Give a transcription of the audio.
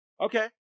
Okay